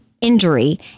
injury